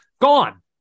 Gone